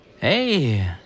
Hey